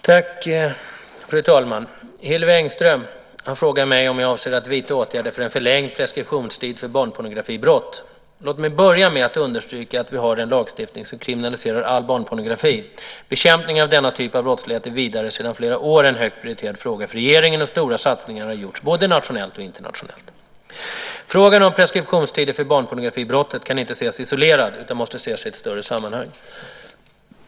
Fru talman! Hillevi Engström har frågat mig om jag avser att vidta åtgärder för en förlängd preskriptionstid för barnpornografibrott. Låt mig börja med att understryka att vi har en lagstiftning som kriminaliserar all barnpornografi. Bekämpningen av denna typ av brottslighet är vidare sedan flera år en högt prioriterad fråga för regeringen, och stora satsningar har gjorts både nationellt och internationellt. Frågan om preskriptionstider för barnpornografibrottet kan inte ses isolerad utan måste ses i ett större sammanhang.